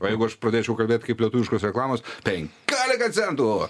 o jeigu aš pradėčiau kalbėt kaip lietuviškos reklamos penkiolika centų